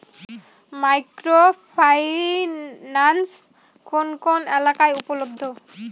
Micro finance কোন কোন এলাকায় উপলব্ধ?